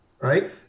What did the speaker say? right